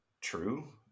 true